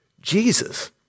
Jesus